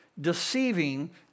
deceiving